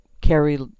carried